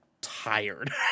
tired